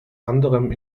anderem